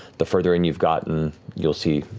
the further in you've gotten you'll see,